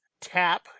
tap